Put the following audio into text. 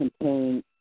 contain